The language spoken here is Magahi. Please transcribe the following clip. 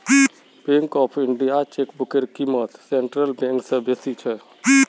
बैंक ऑफ इंडियात चेकबुकेर क़ीमत सेंट्रल बैंक स बेसी छेक